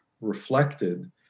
reflected